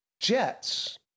jets